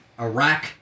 Iraq